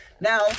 Now